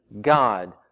God